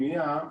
בפנימייה,